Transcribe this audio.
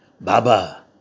Baba